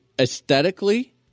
Aesthetically—